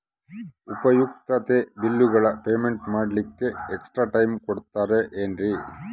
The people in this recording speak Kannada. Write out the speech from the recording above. ಉಪಯುಕ್ತತೆ ಬಿಲ್ಲುಗಳ ಪೇಮೆಂಟ್ ಮಾಡ್ಲಿಕ್ಕೆ ಎಕ್ಸ್ಟ್ರಾ ಟೈಮ್ ಕೊಡ್ತೇರಾ ಏನ್ರಿ?